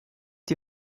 die